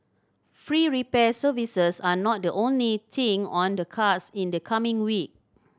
free repair services are not the only thing on the cards in the coming week